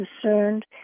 concerned